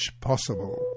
possible